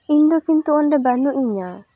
ᱤᱧ ᱫᱚ ᱠᱤᱱᱛᱩ ᱚᱸᱰᱮ ᱵᱟᱹᱱᱩᱜ ᱤᱧᱟᱹ